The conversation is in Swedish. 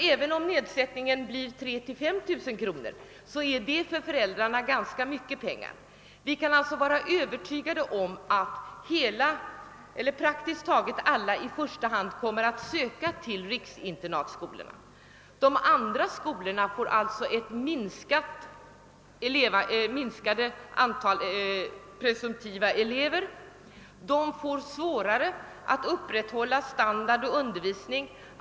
även om nedsättningen av kursavgiften blir 3 000 —5 000 kronor är det ändå ganska mycket pengar för föräldrarna. Vi kan alltså vara övertygade om att praktiskt taget alla i första hand kommer att söka till riksinternatskolorna. De andra privata skolorna får på så sätt ett minskat antal presumtiva elever. De får svårare att upprätthålla standard och undervisning.